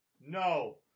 No